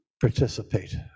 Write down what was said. participate